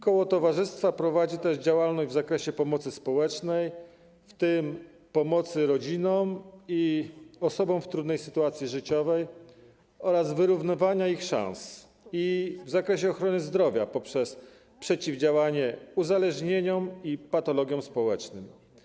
Koło towarzystwa prowadzi też działalność w zakresie pomocy społecznej, w tym pomocy rodzinom i osobom w trudniej sytuacji życiowej oraz wyrównywania ich szans i w zakresie ochrony zdrowia, poprzez przeciwdziałanie uzależnieniom i patologiom społecznym.